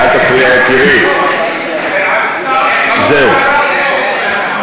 תזמין אותו, אחר כך הוא יעלה, אל תפריע, יקירי.